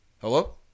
Hello